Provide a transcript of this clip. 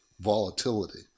volatility